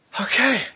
Okay